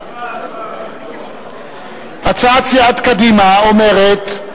הצעת סיעת קדימה אומרת: